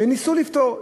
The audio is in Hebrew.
וניסו לפתור.